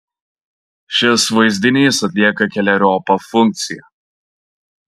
šis vaizdinys atlieka keleriopą funkciją